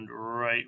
right